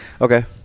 Okay